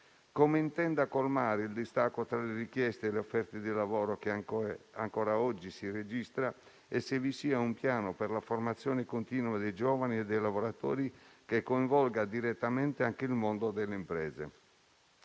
come intenda colmare il distacco tra le richieste e le offerte di lavoro, che anche oggi si registra, e se vi sia un piano per la formazione continua dei giovani e dei lavoratori che coinvolga direttamente anche il mondo delle imprese;